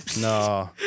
No